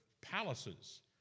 palaces